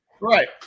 Right